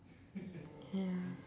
ya